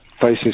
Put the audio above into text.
faces